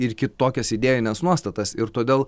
ir kitokias idėjines nuostatas ir todėl